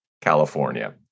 California